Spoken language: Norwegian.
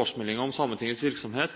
årsmeldingen om Sametingets virksomhet